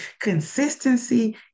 Consistency